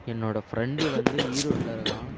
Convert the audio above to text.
என்னோடய ஃபிரெண்டு வந்து ஈரோட்டில் இருக்கான்